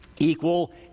Equal